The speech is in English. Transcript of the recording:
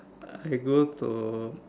I go to